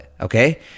Okay